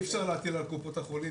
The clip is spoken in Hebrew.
כרגע אי אפשר להטיל על קופות החולים